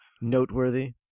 noteworthy